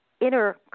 inner